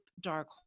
dark